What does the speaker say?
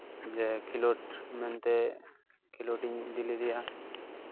ᱡᱮ ᱠᱷᱮᱞᱳᱰ ᱢᱮᱱᱛᱮ ᱠᱮᱞᱳᱰᱤᱧ ᱤᱫᱤ ᱞᱮᱫᱮᱭᱟ